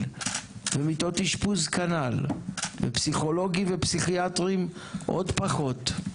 ומיטות אשפוז כנ"ל ופסיכולוגים ופסיכיאטרים עוד פחות,